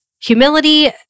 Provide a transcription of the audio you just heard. Humility